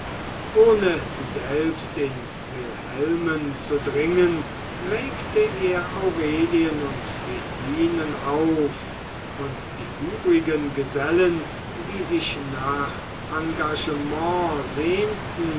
ohne selbst in wilhelmen zu dringen regte er aurelien und philinen auf und die übrigen gesellen die sich nach engagement sehnten